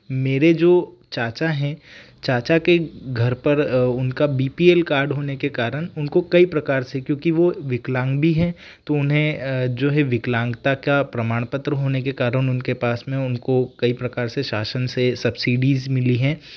मेरे जो चाचा हैं चाचा के घर पर उनका बी पी एल कार्ड होने के कारण उनको कई प्रकार से क्योंकि वह विकलांग भी हैं तो उन्हें जो है विकलांगता का प्रमाण पत्र होने के कारण उनके पास में उनको कई प्रकार से शासन से सब्सिडीज मिली हैं